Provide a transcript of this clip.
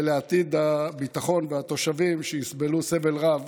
לעתיד הביטחון והתושבים שיסבלו סבל רב